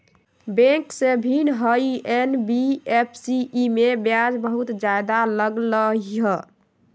Bank से भिन्न हई एन.बी.एफ.सी इमे ब्याज बहुत ज्यादा लगहई?